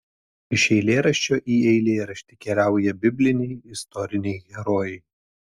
iš eilėraščio į eilėraštį keliauja bibliniai istoriniai herojai